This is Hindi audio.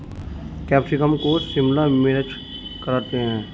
कैप्सिकम को शिमला मिर्च करते हैं